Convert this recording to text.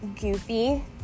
goofy